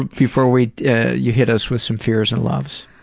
before we you hit us with some fears and loves?